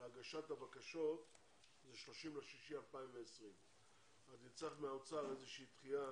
להגשת הבקשות הוא 30 ביוני 2020. אני אצטרך מהאוצר איזושהי דחייה